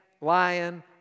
lion